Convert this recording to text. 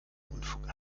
unfug